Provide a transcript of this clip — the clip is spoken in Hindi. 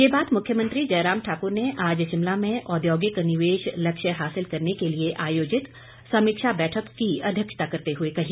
ये बात मुख्यमंत्री जयराम ठाकुर ने आज शिमला में औद्योगिक निवेश लक्ष्य हासिल करने के लिए आयोजित समीक्षा बैठक की अध्यक्षता करते हुए कही